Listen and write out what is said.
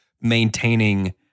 maintaining